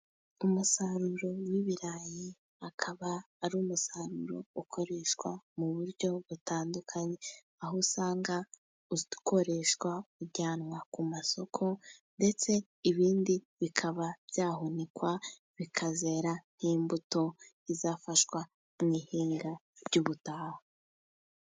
Umusaruro w'ibirayi, akaba ari umusaruro ukoreshwa mu buryo butandukanye, aho usanga ukoreshwa ujyanwa ku masoko, ndetse ibindi bikaba byahunikwa bikazera nk'imbuto izafasha mu ihinga ry'ubutaha.